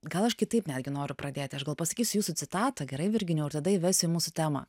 gal aš kitaip netgi noru pradėti aš gal pasakysiu jūsų citatą gerai virginijau ir tada įvesiu į mūsų temą